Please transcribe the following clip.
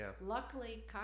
Luckily